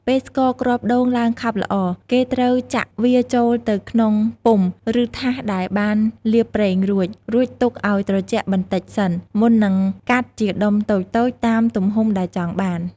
ពេលស្ករគ្រាប់ដូងឡើងខាប់ល្អ គេត្រូវចាក់វាចូលទៅក្នុងពុម្ព ឬថាសដែលបានលាបប្រេងរួច រួចទុកឲ្យត្រជាក់បន្តិចសិន មុននឹងកាត់ជាដុំតូចៗតាមទំហំដែលចង់បាន។